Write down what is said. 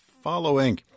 following